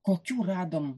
kokių radom